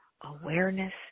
awareness